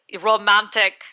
romantic